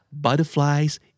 butterflies